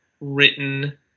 written